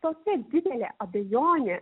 tokia didelė abejonė